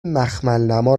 مخملنما